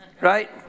Right